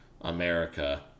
America